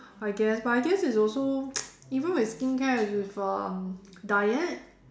I guess but I guess it's also even with skincare with um diet